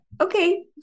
Okay